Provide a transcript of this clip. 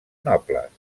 nobles